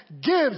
Gives